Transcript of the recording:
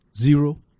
zero